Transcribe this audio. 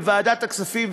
בוועדת הכספים,